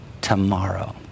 Tomorrow